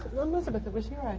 elizabeth, it was your and